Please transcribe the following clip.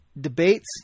debates